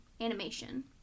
animation